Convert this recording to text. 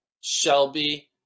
Shelby